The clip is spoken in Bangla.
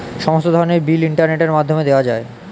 সমস্ত ধরনের বিল ইন্টারনেটের মাধ্যমে দেওয়া যায়